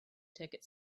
ticket